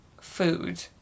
food